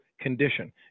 condition